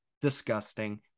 disgusting